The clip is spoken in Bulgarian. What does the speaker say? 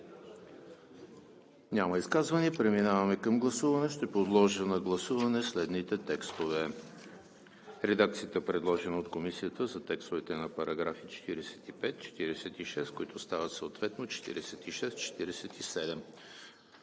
Няма изказвания. Преминаваме към гласуване. Ще подложа на гласуване следните текстове: редакцията, предложена от Комисията за текстовете на параграфи 45 и 46, които стават съответно